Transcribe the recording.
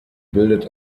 bildet